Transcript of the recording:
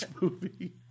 movie